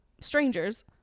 strangers